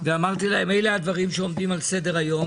ואמרתי להם שאלה הדברים שעומדים על סדר היום